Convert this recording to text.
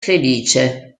felice